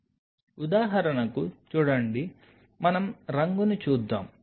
కాబట్టి ఉదాహరణకు చూడండి మనం రంగును చూద్దాం